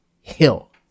Hill